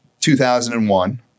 2001